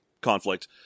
conflict